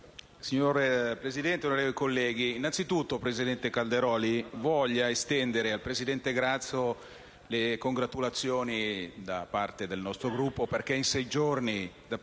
Signor Presidente, onorevoli colleghi, innanzitutto prego il presidente Calderoli di voler estendere al presidente Grasso le congratulazioni da parte del nostro Gruppo perché in sei giorni, da